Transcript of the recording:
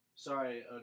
Sorry